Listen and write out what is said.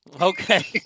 Okay